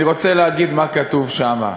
אני רוצה להגיד מה כתוב שם,